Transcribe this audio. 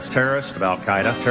terrorists. al qaeda.